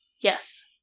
Yes